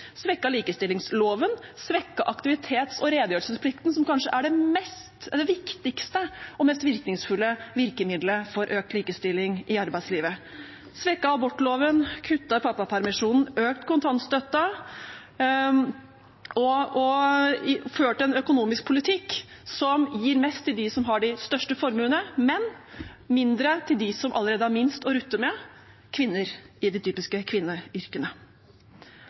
likestillingsloven, og de har svekket aktivitets- og redegjørelsesplikten, som kanskje er det viktigste og mest virkningsfulle virkemiddelet for økt likestilling i arbeidslivet. De har svekket abortloven, kuttet i pappapermisjonen, økt kontantstøtten og ført en økonomisk politikk som gir mest til dem som har de største formuene, men mindre til dem som allerede har minst å rutte med – kvinner i de typiske kvinneyrkene.